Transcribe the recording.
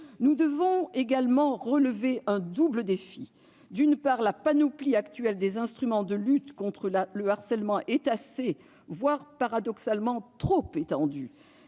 Nous devons également relever un double défi. D'une part, la panoplie actuelle des instruments de lutte contre le harcèlement est assez, voire paradoxalement trop étendue.